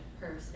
person